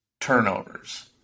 turnovers